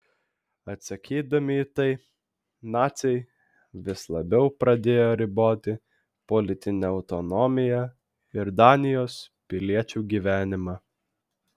atsakydami į tai naciai vis labiau pradėjo riboti politinę autonomiją ir danijos piliečių gyvenimą